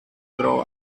grow